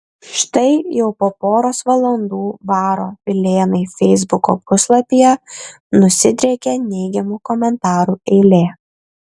štai jau po poros valandų baro pilėnai feisbuko puslapyje nusidriekė neigiamų komentarų eilė